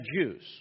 Jews